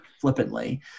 flippantly